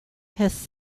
his